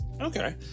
Okay